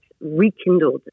rekindled